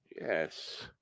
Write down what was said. yes